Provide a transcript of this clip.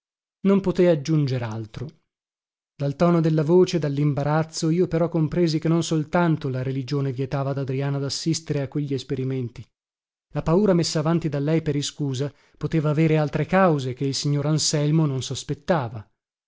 non poté aggiunger altro dal tono della voce dallimbarazzo io però compresi che non soltanto la religione vietava ad adriana dassistere a quegli esperimenti la paura messa avanti da lei per iscusa poteva avere altre cause che il signor anselmo non sospettava